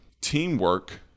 teamwork